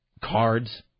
cards